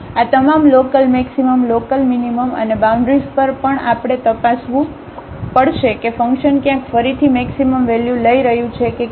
આ તમામ local maximum local minimum અને બાઉન્ડ્રીઝ પર પણ આપણે તપાસવું પડશે કે ફંકશન ક્યાંક ફરીથી મેક્સિમમ વેલ્યુ લઈ રહ્યું છે કે કેમ